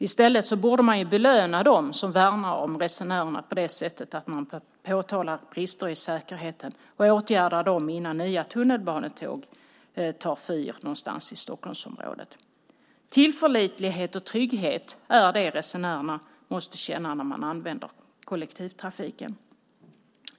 Man borde i stället belöna dem som värnar om resenärerna genom att påtala brister i säkerheten och åtgärda dem innan nya tunnelbanetåg tar eld någonstans i Stockholmsområdet. Tillförlitlighet och trygghet är vad resenärerna måste känna när man använder kollektivtrafiken.